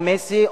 או מסי,